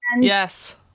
Yes